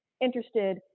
interested